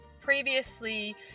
Previously